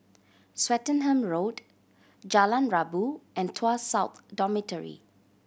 Swettenham Road Jalan Rabu and Tuas South Dormitory